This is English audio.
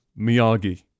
Miyagi